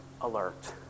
alert